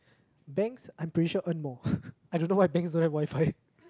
banks I'm pretty sure earn more I don't know why banks don't have WiFi